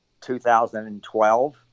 2012